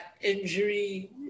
injury